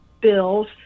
bills